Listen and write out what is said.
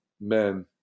men